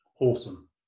Awesome